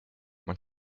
man